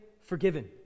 forgiven